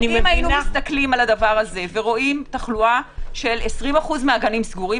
אם היינו מסתכלים על זה ורואים תחלואה של 20% מהגנים סגורים,